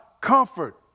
comfort